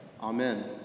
amen